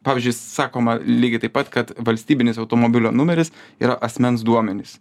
pavyzdžiui sakoma lygiai taip pat kad valstybinis automobilio numeris yra asmens duomenys